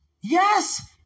Yes